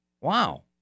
Wow